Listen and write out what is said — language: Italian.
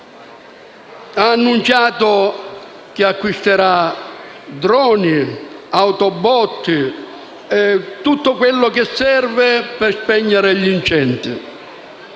Ha annunciato che acquisterà droni, autobotti e tutto quello che serve per spegnere gli incendi;